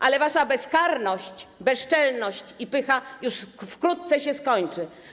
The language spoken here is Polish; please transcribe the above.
Ale wasza bezkarność, bezczelność i pycha już wkrótce się skończą.